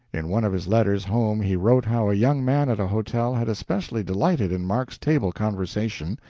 in one of his letters home he wrote how a young man at a hotel had especially delighted in mark's table conversation,